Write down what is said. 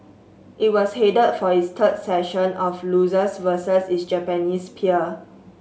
it was headed for its third session of losses versus its Japanese peer